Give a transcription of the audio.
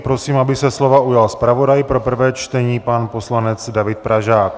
Prosím, aby se slova ujal zpravodaj pro prvé čtení pan poslanec David Pražák.